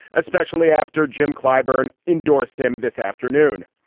especially after jim clyburn endorsed him this afternoon.